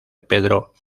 pedro